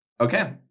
Okay